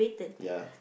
ya